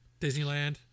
Disneyland